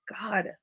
God